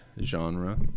genre